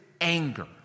anger